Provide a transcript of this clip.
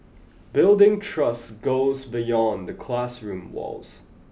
building trust goes beyond the classroom walls